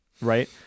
right